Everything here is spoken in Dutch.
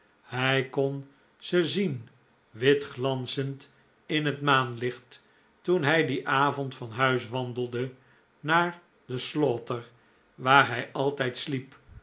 hij kon ze zien wit glanzend in het maanlicht toen hij dien avond van huis wandelde naar de slaughter waar hij altijd sliep